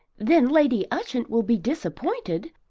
then lady ushant will be disappointed,